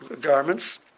garments